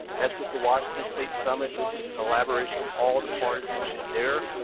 that's with the washington state summit. this is collaboration of all the parties mission there,